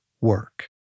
work